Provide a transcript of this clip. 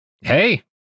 Hey